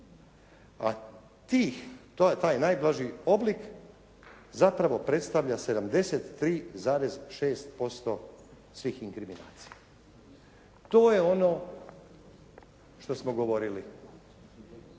A tih, to, taj najblaži oblik zapravo predstavlja 73,6% svih inkriminacija. To je ono što smo govorili